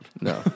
No